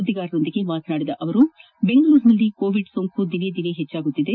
ಸುದ್ದಿಗಾರರೊಂದಿಗೆ ಮಾತನಾಡಿದ ಅವರು ದೆಂಗಳೂರಿನಲ್ಲಿ ಕೋವಿಡ್ ಸೋಂಕು ದಿನೇ ದಿನೇ ಹೆಚ್ಚಾಗುತ್ತಿದೆ